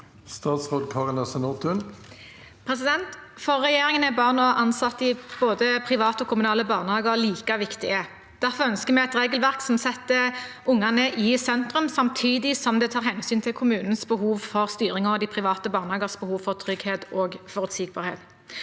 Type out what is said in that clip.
Statsråd Kari Nessa Nordtun For regjer- ingen er barn og ansatte i både private og kommunale barnehager like viktige. Derfor ønsker vi et regelverk som setter ungene i sentrum, samtidig som det tar hensyn til kommunenes behov for styring og de private barnehagenes behov for trygghet og forutsigbarhet.